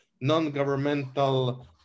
non-governmental